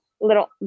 little